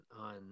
on